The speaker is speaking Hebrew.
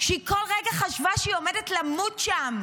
שהיא כל רגע חשבה שהיא עומדת למות שם,